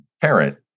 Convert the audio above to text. parent